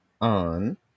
on